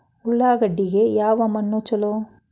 ಉಳ್ಳಾಗಡ್ಡಿಗೆ ಯಾವ ಮಣ್ಣು ಛಲೋ?